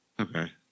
Okay